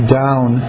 down